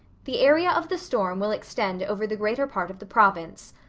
the area of the storm will extend over the greater part of the province.